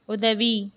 உதவி